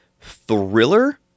thriller